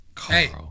Hey